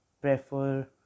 prefer